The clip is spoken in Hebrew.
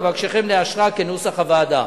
ואבקשכם לאשרה כנוסח הוועדה.